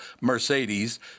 Mercedes